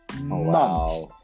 months